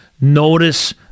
notice